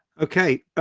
okay.